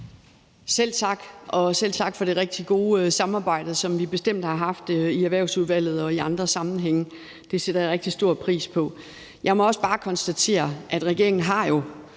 Selv tak, og selv tak for det rigtig gode samarbejde, som vi bestemt har haft i Erhvervsudvalget og i andre sammenhænge. Det sætter jeg rigtig stor pris på. Jeg må også bare konstatere, at regeringen og